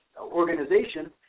organization